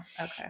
Okay